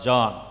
John